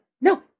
No